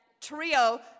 trio